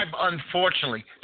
unfortunately